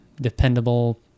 dependable